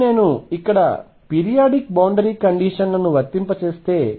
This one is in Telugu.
ఇప్పుడు నేను ఇక్కడ పీరియాడిక్ బౌండరీ కండిషన్ లను వర్తింపజేస్తే